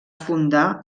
fundar